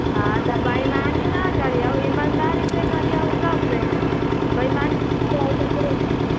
हाँ तऽ बेइमानी नहि करियौ ईमानदारीसँ करियौ सभ देखत बेइमानी ककरो